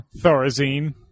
Thorazine